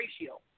ratio